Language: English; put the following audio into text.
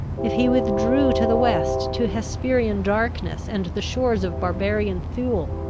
if he withdrew to the west, to hesperian darkness, and the shores of barbarian thule,